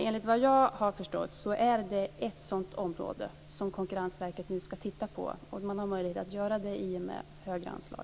Enligt vad jag har förstått är det ett område som Konkurrensverket nu ska titta på. Man har möjlighet att göra det i och med högre anslag.